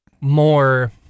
more